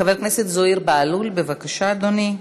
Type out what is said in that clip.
חבר הכנסת זוהיר בהלול, בבקשה, אדוני.